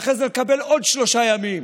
ואחרי זה לקבל עוד שלושה ימים